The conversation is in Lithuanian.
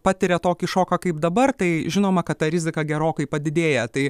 patiria tokį šoką kaip dabar tai žinoma kad ta rizika gerokai padidėja tai